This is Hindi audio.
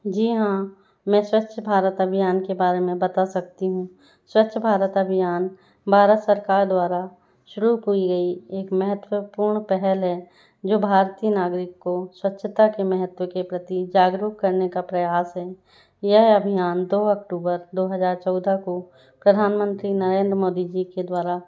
जी हाँ मैं स्वच्छ भारत अभियान के बारे में बता सकती हूँ स्वच्छ भारत अभियान भारत सरकार द्वारा शुरू की गयी एक महत्वपूर्ण पहल है जो भारतीय नागरिक को स्वच्छता के महत्व के प्रति जागरूक करने का प्रयास है यह अभियान दो अक्टूबर दो हज़ार चौदह को प्रधानमंत्री नरेंद्र मोदी जी के द्वारा